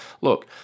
look